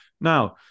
Now